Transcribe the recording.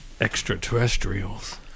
extraterrestrials